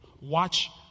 Watch